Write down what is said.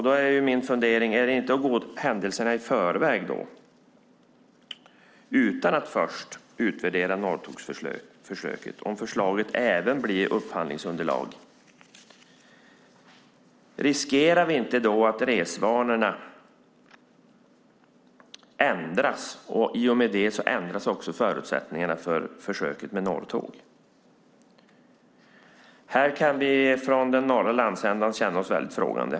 Då är min fundering: Är det inte att gå händelserna i förväg om förslaget även blir upphandlingsunderlag utan att man först utvärderat Norrtågsförsöket? Riskerar vi inte då att resvanorna ändras och att förutsättningarna för försöket med Norrtåg också ändras i och med det? Här kan vi från den norra landsändan känna oss väldigt frågande.